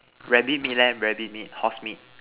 rabbit meat leh rabbit meat horse meat